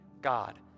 God